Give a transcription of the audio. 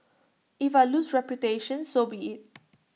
if I lose reputation so be IT